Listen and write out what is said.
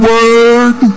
Word